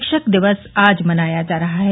शिक्षक दिवस आज मनाया जा रहा है